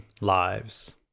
lives